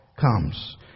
comes